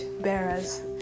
bearers